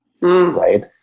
right